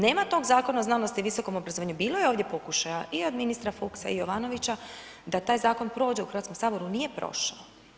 Nema tog Zakona o znanosti i visokom obrazovanju, bilo je ovdje pokušaja i do ministra … i Jovanovića da taj zakon prođe pod Hrvatski sabor, on nije prošao.